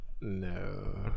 no